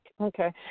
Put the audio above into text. Okay